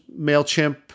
MailChimp